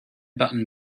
button